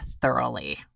thoroughly